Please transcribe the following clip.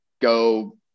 go